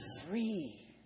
free